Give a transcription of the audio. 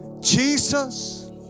Jesus